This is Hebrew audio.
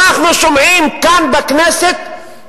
אנחנו שומעים כאן, בכנסת,